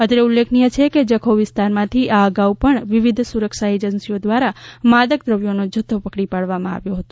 અત્રે ઉલ્લેખનીય છે કે જખૌ વિસ્તારમાંથી આ અગાઉ પણ વિવિધ સુરક્ષા એજન્સીઓ દ્રારા માદક દ્રવ્યોનો જથ્થો પકડી પાડવામાં આવ્યો હતો